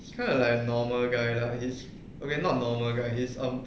it's kind of like a normal guy lah he's okay not normal guy he's um